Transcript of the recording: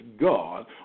God